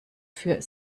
für